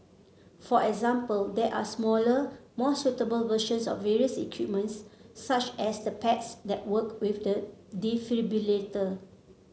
for example there are smaller more suitable versions of various equipment's such as the pads that work with the defibrillator